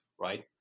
right